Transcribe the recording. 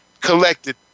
collected